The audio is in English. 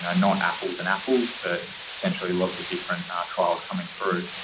not apples and apples, but potentially lots of different ah trials coming through.